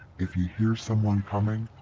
if you hear someone coming,